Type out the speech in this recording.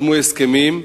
חתמו הסכמים,